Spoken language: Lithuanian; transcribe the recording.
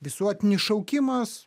visuotinis šaukimas